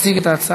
יציג את ההצעה